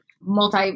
multi